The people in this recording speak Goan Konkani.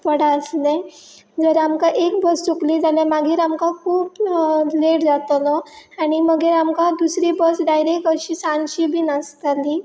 पडा आसलें जर आमकां एक बस चुकली जाल्यार मागीर आमकां खूब लेट जातलो आनी मागीर आमकां दुसरी बस डायरेक्ट अशी सांशी बी आसताली